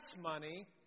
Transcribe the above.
money